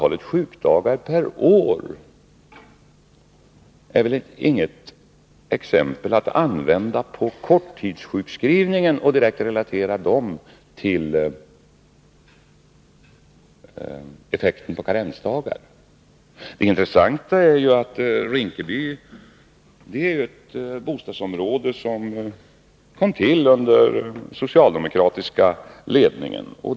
Antalet sjukdagar per år säger väl inget om korttidssjukskrivningen och effekten av karensdagar. Det intressanta är ju att Rinkeby är ett bostadsområde som kom till under den socialdemokratiska ledningen.